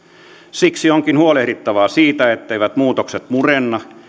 siksi onkin huolehdittava siitä etteivät muutokset murenna